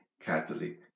catholic